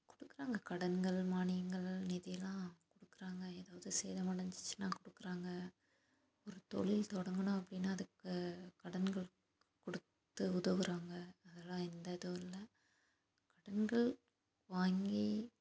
கொடுக்கறாங்க கடன்கள் மானியங்கள் நிதிலாம் கொடுக்கறாங்க ஏதாவது சேதம் அடைஞ்சிச்சினா கொடுக்கறாங்க ஒரு தொழில் தொடங்கணும் அப்படின்னா அதுக்கு கடன்கள் கொடுத்து உதவுறாங்க அதெல்லாம் எந்த இதுவும் இல்லை கடன்கள் வாங்கி